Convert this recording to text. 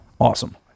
Awesome